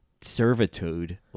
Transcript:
servitude